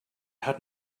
had